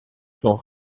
sont